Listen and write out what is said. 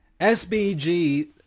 SBG